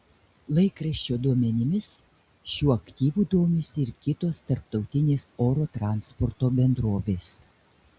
laikraščio duomenimis šiuo aktyvu domisi ir kitos tarptautinės oro transporto bendrovės